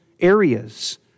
areas